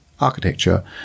architecture